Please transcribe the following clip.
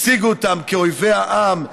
הציגו אותם כאויבי העם,